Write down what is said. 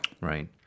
Right